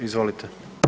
Izvolite.